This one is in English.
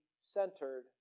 centered